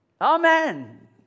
Amen